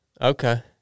Okay